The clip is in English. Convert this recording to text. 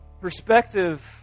Perspective